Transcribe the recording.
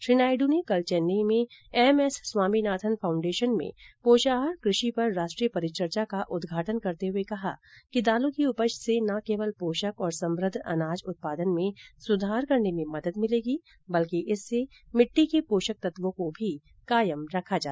श्री नायड ने कल चेन्नई में एमएस स्वामीनाथन फाउंडेशन में पोषाहार कृषि पर राष्ट्रीय परिचर्चा का उद्घाटन करते हुए कहा कि दालों की उपज से न केवल पोषक और समुद्ध अनाज उत्पादन में सुधार करने में मदद मिलेगी बल्कि इससे मिट्टी के पोषक तत्वों को भी कायम रखा जा सकेगाँ